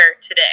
today